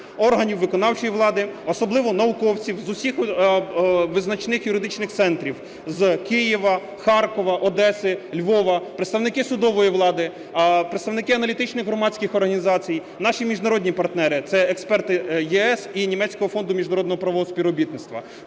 органів виконавчої влади, особливо науковців з усіх визначних юридичних центрів – з Києва, Харкова, Одеси, Львова, представники судової влади, представники аналітичних громадських організацій, наші міжнародні партнери – це експерти ЄС і Німецького Фонду міжнародного правового співробітництва.